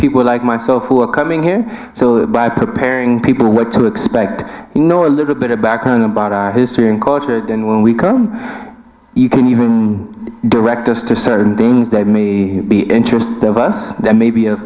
people like myself who are coming here so by preparing people what to expect you know a little bit of background about our history and culture and when we come you can even direct us to certain things that may be interesting to us that may be